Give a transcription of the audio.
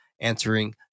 answering